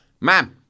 Ma'am